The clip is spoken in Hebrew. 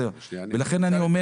שנייה, כשאת כותבת